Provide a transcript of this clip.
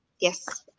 Yes